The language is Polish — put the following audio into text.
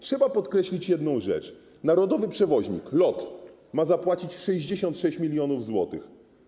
Trzeba podkreślić jedną rzecz: narodowy przewoźnik, LOT, ma zapłacić 66 mln zł.